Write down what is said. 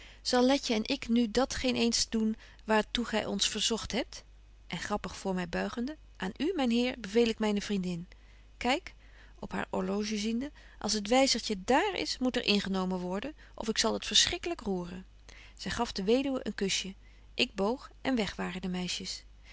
zal letje en ik nu dat geen eens doen waar toe gy ons verzogt hebt en grappig voor my buigende aan u myn heer beveel ik myne vriendin kyk op haar orloge ziende als het wyzertje dààr is moet er ingenomen worden of ik zal het schrikkelyk roeren zy gaf de weduwe een kusje ik boog en weg waren de meisjes